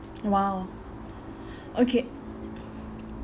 !wow! okay